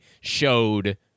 showed